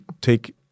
take